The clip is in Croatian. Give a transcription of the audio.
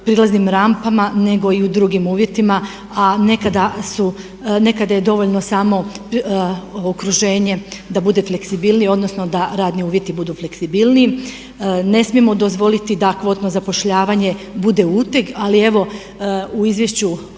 prilaznim rampama nego i u drugim uvjetima. A nekada je dovoljno samo okruženje da bude fleksibilnije odnosno da radni uvjeti budu fleksibilniji. Ne smijemo dozvoliti da kvotno zapošljavanje bude uteg ali evo u izvješću